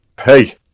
hey